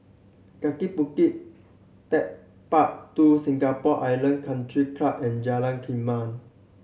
Kaki Bukit Techpark Two Singapore Island Country Club and Jalan Kumia